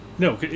No